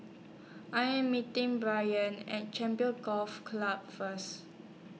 I Am meeting Brayan At Champions Golf Club First